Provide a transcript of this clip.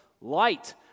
light